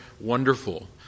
wonderful